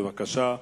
בבקשה.